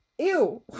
Ew